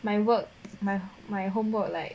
my work my my homework like